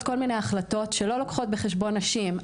כל מיני החלטות שלא לוקחות בחשבון נשים.